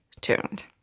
tuned